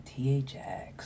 THX